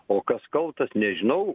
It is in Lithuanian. o kas kaltas nežinau